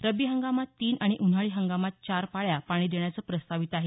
रब्बी हंगामात तीन आणि उन्हाळी हंगामात चार पाळ्या पाणी देण्याचं प्रस्तावित आहे